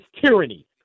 tyranny